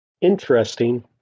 interesting